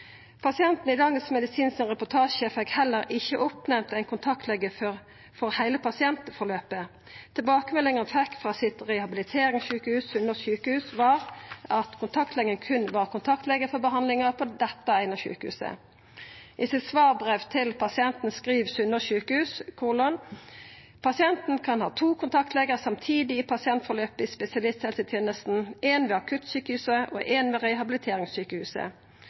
Pasienten i Dagens Medisin si reportasje fekk heller ikkje oppnemnt ein kontaktlege for heile pasientforløpet. Tilbakemeldinga han fekk frå rehabiliteringssjukehuset sitt, Sunnås sykehus, var at kontaktlegen berre var kontaktlege for behandlinga på dette eine sjukehuset. I svarbrevet til pasienten skriv Sunnås sykehus: Pasienten kan ha to kontaktlegar samtidig i pasientforløp i spesialisthelsetenesta, ein ved akuttsjukehuset og ein ved